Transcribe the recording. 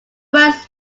words